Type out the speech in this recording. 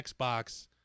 Xbox